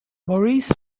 maurice